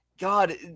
God